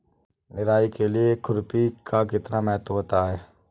निराई के लिए खुरपी का कितना महत्व होता है?